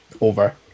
over